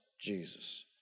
Jesus